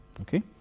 Okay